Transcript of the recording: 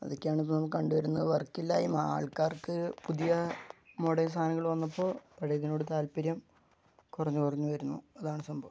അതൊക്കെയാണിപ്പം കണ്ടുവരുന്ന വർക്കില്ലായ്മ ആൾക്കാർക്ക് പുതിയ മോഡേൺ സാധനങ്ങള് വന്നപ്പോൾ പഴയതിനോട് താല്പര്യം കുറഞ്ഞു കുറഞ്ഞു വരുന്നു അതാണ് സംഭവം